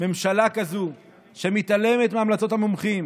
ממשלה כזאת, שמתעלמת מהמלצות המומחים